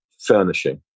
furnishing